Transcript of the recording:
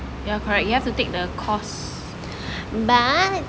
ya correct you have to take the course